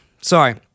Sorry